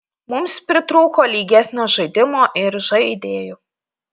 mums pritrūko lygesnio žaidimo ir žaidėjų